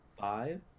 five